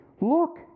Look